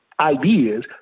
ideas